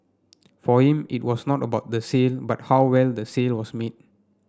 for him it was not about the sale but how well the sale was made